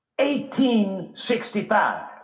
1865